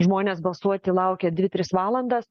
žmonės balsuoti laukė dvi tris valandas